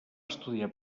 estudiar